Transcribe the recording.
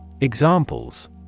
Examples